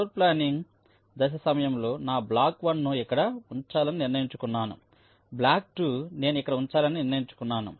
floorplanning దశ సమయంలో నా బ్లాక్ 1 ను ఇక్కడ ఉంచాలని నిర్ణయించుకున్నాను బ్లాక్ 2 నేను ఇక్కడ ఉంచాలని నిర్ణయించుకోవచ్చు